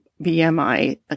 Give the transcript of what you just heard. BMI